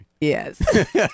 Yes